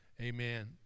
Amen